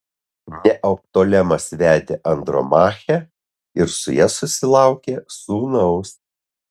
neoptolemas vedė andromachę ir su ja susilaukė sūnaus